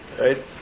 Right